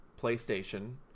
PlayStation